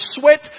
sweat